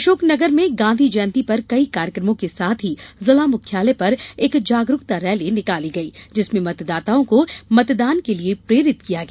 अशोक नगर में गांधी जयंती पर कई कार्यकर्मो के साथ ही जिला मुख्यालय पर एक जागरूकता रैली निकाली गयी जिसमें मतदाताओं को मतदान के लिये प्रेरित किया गया